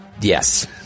Yes